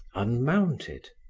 unmounted.